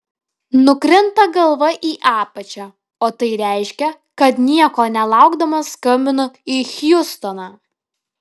nukrinta galva į apačią o tai reiškia kad nieko nelaukdamas skambinu į hjustoną